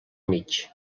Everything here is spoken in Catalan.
mig